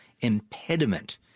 impediment